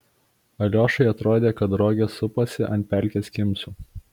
aliošai atrodė kad rogės suposi ant pelkės kimsų